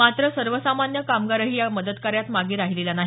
मात्र सर्वसामान्य कामगारही या मदतकार्यात मागे राहिलेला नाही